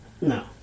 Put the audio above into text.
No